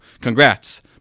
congrats